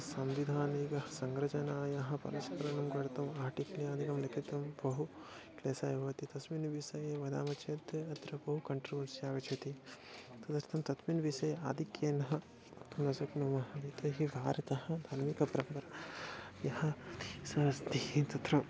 संविधानिकः संरचनायाः परिष्करणं कर्तुम् आर्टिक्यादिकं लिखितुं बहु क्लेशाय भवति तस्मिन् विषये वदामः चेत् अत्र बहु कान्ट्रवस्रि आगच्छति तदर्थं तस्मिन् विषये आधिक्येन वक्तुं न शक्नुमः यतो हि भारतः धार्मिकप्रकारः यः सरस्ति तत्र